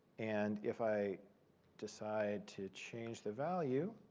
and if i decide to change the value,